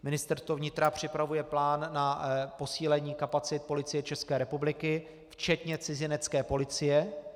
Ministerstvo vnitra připravuje plán na posílení kapacit Policie České republiky včetně cizinecké policie.